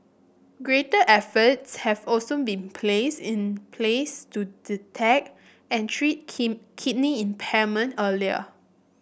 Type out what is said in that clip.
greater efforts have also been place in place to detect and treat king kidney impairment earlier